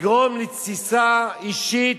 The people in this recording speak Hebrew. לגרום לתסיסה אישית,